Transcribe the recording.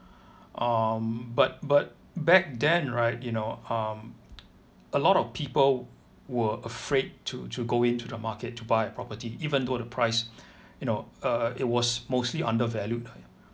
um but but back then right you know um a lot of people were afraid to to go into the market to buy a property even though the price you know uh it was mostly undervalued